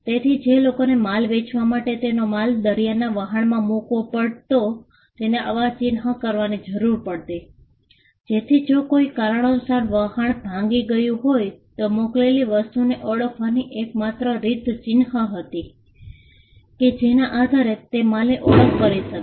તેથી જે લોકોને માલ વેચવા માટે તેનો માલ દરિયાના વહાણમાં મૂકવો પડતો તેને આવા ચિહ્ન કરવાની જરૂર પડતી જેથી જો કોઈ કારણુનાસાર વહાણ ભાંગી પડ્યું હોય તો મોકલેલી વસ્તુને ઓળખવાની એક માત્ર રીત ચિહ્ન હતી કે જેના આધારે તે માલની ઓળખ કરી શકે